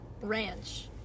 Ranch